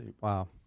Wow